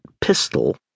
pistol